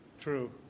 True